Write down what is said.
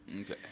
Okay